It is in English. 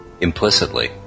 Implicitly